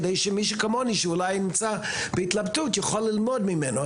כדי שמישהו כמוני שאולי נמצא בהתלבטות יכול ללמוד ממנו,